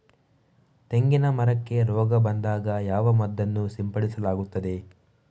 ತೆಂಗಿನ ಮರಕ್ಕೆ ರೋಗ ಬಂದಾಗ ಯಾವ ಮದ್ದನ್ನು ಸಿಂಪಡಿಸಲಾಗುತ್ತದೆ?